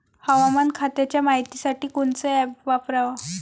हवामान खात्याच्या मायतीसाठी कोनचं ॲप वापराव?